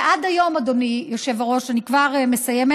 ועד היום, אדוני היושב-ראש, אני כבר מסיימת,